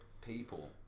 people